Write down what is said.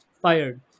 fired